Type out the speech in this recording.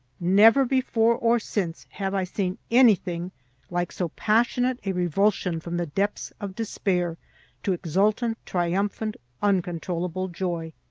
never before or since have i seen anything like so passionate a revulsion from the depths of despair to exultant, triumphant, uncontrollable joy.